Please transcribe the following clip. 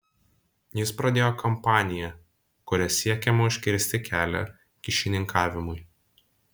jis pradėjo kampaniją kuria siekiama užkirsti kelią kyšininkavimui